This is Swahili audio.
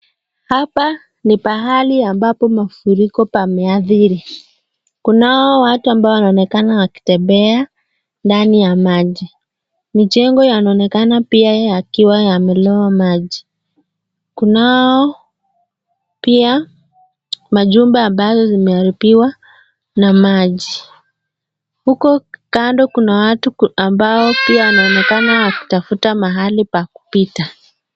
Hapa ni pahali ambapo mafuriko pameadhiri . Kunao watu ambao wanaonekana wakitembea ndani ya maji . Mijengo yanaonekana pia yakiwa yameloa maji . Kunao pia majumba ambazo zimeharibiwa na maji . Huko kando kuna watu ambao pia wanaonekana wakitafuta mahali pa kupita .